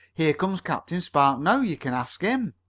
here comes captain spark now. you can ask him.